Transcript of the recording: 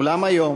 אולם היום,